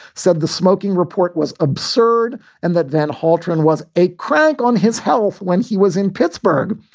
said the smoking report was absurd and that van halterman was a crank on his health when he was in pittsburgh.